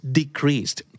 decreased